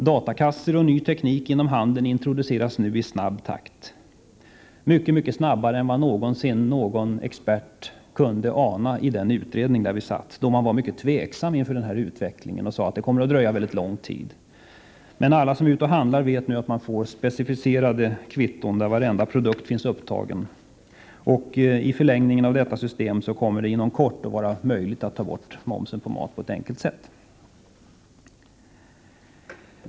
Datakassor och ny teknik inom handeln introduceras nu i snabb takt, mycket snabbare än vad någon expert någonsin kunde ana i den utredning där vi satt. Man var mycket tveksam inför denna utveckling och sade att det skulle dröja mycket lång tid. Men alla som är ute och handlar vet nu att man får specificerade kvitton där varenda produkt finns upptagen. I förlängningen av detta system kommer det inom kort att vara möjligt att ta bort momsen på maten på ett enkelt sätt.